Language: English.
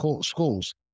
schools